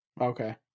okay